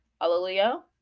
hallelujah